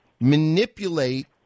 manipulate